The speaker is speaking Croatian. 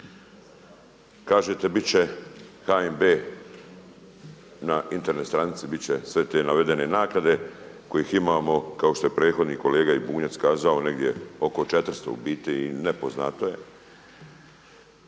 Kažete bit će HNB na Internet stranici bit će sve te navedene naknade kojih imamo kao što je i prethodni kolega Bunjac kazao negdje oko 400. U biti i nepoznato je.